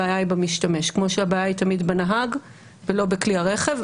הבעיה היא במשתמש כמו שהבעיה היא תמיד בנהג ולא בכלי הרכב.